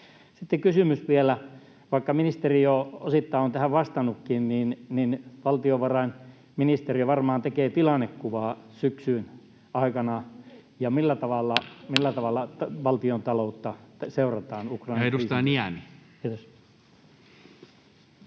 Sitten kysymys vielä, vaikka ministeri jo osittain on tähän vastannutkin: valtiovarainministeriö varmaan tekee tilannekuvaa syksyn aikana, niin millä tavalla valtiontaloutta seurataan Ukrainan...